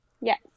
Yes